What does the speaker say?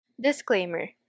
Disclaimer